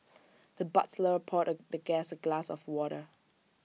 the butler poured the guest A glass of water